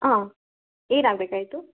ಹಾಂ ಏನಾಗಬೇಕಾಗಿತ್ತು